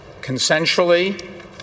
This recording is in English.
consensually